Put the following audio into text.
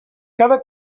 cada